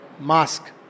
mask